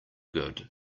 good